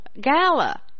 gala